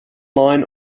line